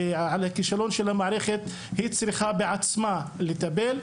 ועל הכישלון של המערכת היא צריכה בעצמה לטפל,